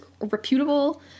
reputable